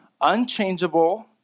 unchangeable